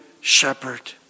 shepherd